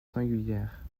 singulière